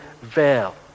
veil